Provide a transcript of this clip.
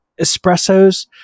espressos